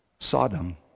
Sodom